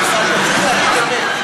אתה צריך להגיד אמת.